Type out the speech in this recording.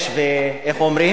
עכשיו, למה?